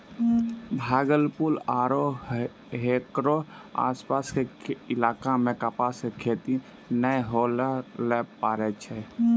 भागलपुर आरो हेकरो आसपास के इलाका मॅ कपास के खेती नाय होय ल पारै छै